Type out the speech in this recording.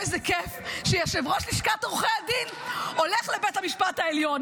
איזה כיף שיושב-ראש לשכת עורכי הדין הולך לבית המשפט העליון